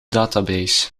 database